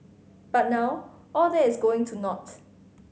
but now all that is going to naught